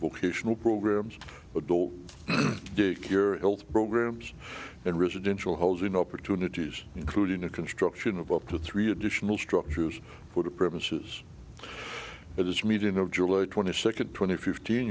vocational programs adult daycare health programs and residential housing opportunities including a construction of up to three additional structures for the purposes of this meeting of july twenty second twenty fifteen